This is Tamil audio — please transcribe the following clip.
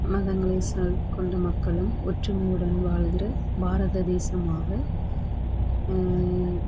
மதங்களை கொண்ட மக்களும் ஒற்றுமையுடன் வாழ்கிற பாரத தேசமாக